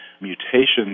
mutations